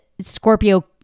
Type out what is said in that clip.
Scorpio